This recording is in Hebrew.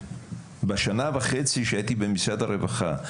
בשנה וחצי שהייתי במשרד הרווחה,